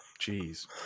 Jeez